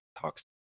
talks